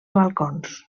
balcons